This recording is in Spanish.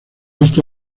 este